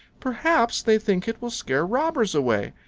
perhaps they think it will scare robbers away.